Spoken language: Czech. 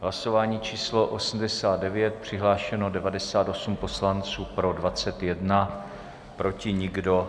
Hlasování číslo 89, přihlášeno je 98 poslanců, pro 21, proti nikdo.